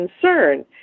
concern